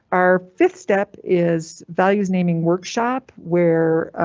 our fifth step is values naming workshop, where